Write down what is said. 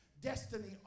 destiny